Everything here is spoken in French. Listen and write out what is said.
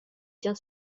bien